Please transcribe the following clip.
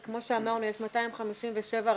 אז כמו שאמרנו, יש 257 רשויות,